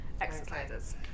exercises